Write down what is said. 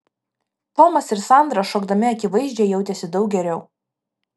tomas ir sandra šokdami akivaizdžiai jautėsi daug geriau